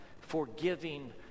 forgiving